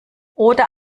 oder